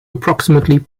approximately